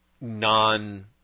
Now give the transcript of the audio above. non